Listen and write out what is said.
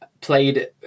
played